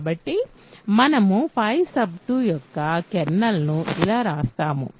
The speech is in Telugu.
కాబట్టి మనము 2 యొక్క కెర్నల్ను ఎలా వివరిస్తాము